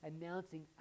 announcing